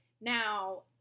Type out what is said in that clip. now